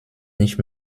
nicht